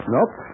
Nope